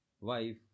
wife